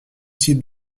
type